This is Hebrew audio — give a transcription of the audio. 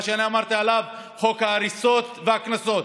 שאני אמרתי עליו: חוק ההריסות והקנסות,